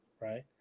right